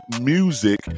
music